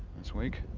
this week.